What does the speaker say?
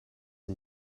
and